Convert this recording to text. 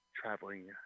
traveling